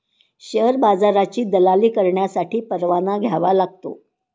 share बाजाराची दलाली करण्यासाठी परवाना घ्यावा लागतो